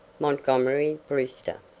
montgomery brewster.